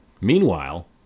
Meanwhile